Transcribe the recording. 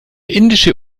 indische